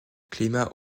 climat